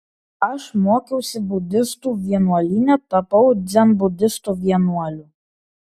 aš mokiausi budistų vienuolyne tapau dzenbudistų vienuoliu